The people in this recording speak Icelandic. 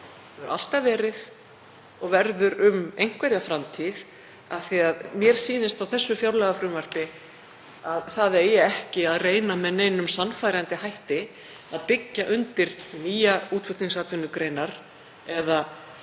hefur alltaf verið og verður um einhverja framtíð af því að mér sýnist á þessu fjárlagafrumvarpi að það eigi ekki að reyna með neinum sannfærandi hætti að byggja undir nýjar útflutningsatvinnugreinar eða